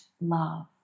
love